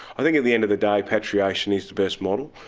i think at the end of the day patriation is the best model.